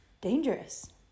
dangerous